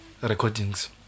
recordings